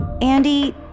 Andy